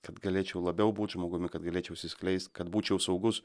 kad galėčiau labiau būt žmogumi kad galėčiau išsiskleist kad būčiau saugus